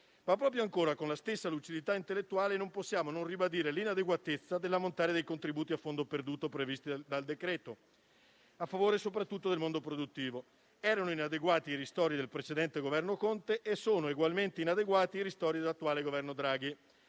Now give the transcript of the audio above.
Ateco. Ancora, con la stessa lucidità intellettuale, non possiamo non ribadire l'inadeguatezza dell'ammontare dei contributi a fondo perduto previsti dal decreto-legge, a favore soprattutto del mondo produttivo: erano inadeguati i ristori del precedente Governo Conte e lo sono egualmente quelli dell'attuale Governo Draghi,